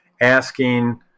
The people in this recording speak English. asking